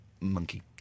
monkey